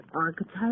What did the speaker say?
archetype